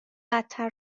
بدتر